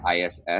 ISS